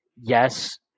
yes